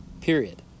Period